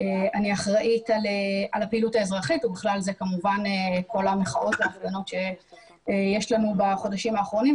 על הפעילות האזרחית ובכלל זה כמובן כל המחאות שיש לנו בחודשים האחרונים.